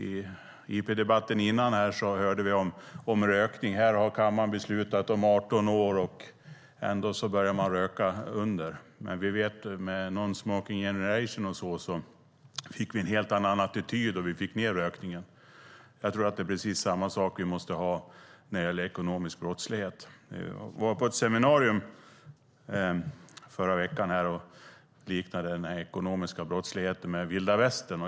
I interpellationsdebatten tidigare hörde vi om rökning. Här har kammaren beslutat om en gräns vid 18 år. Ändå börjar man röka tidigare. Men vi vet att vi med A Non Smoking Generation och så vidare fick en helt annan attityd, och vi fick ned rökningen. Jag tror att det är precis samma sak vi behöver när det gäller ekonomisk brottslighet. Jag var på ett seminarium förra veckan och liknade den ekonomiska brottsligheten med vilda västern.